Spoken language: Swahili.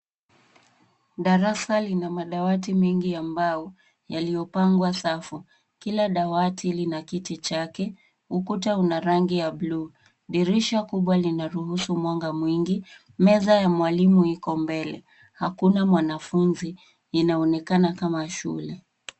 Darasa lina madawati mengi ya mbao yaliyopangwa safu. Kila dawati lina kiti chake. Ukuta una rangi ya buluu. Dirisha kubwa linaruhusu mwanga mwingi. Meza ya mwalimu iko mbele, hakuna mwanafunzi linaonekana kama shule.